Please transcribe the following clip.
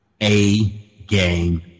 A-game